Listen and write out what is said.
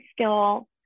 skill